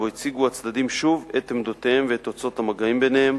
ובו הציגו הצדדים שוב את עמדותיהם ואת תוצאות המגעים ביניהם.